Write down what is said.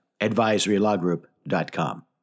advisorylawgroup.com